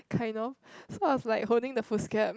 kind of so I was like holding the foolscap